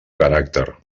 caràcter